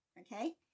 Okay